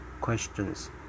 questions